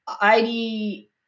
ID